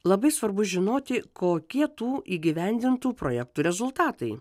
labai svarbu žinoti kokie tų įgyvendintų projektų rezultatai